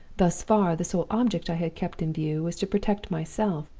thus far the sole object i had kept in view was to protect myself,